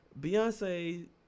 Beyonce